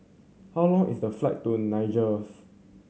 how long is the flight to Niger